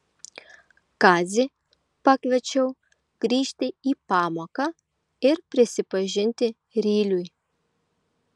kazį pakviečiau grįžti į pamoką ir prisipažinti ryliui